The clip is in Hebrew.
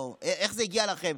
איך זה הגיע אליכם?